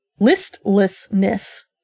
Listlessness